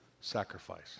sacrifice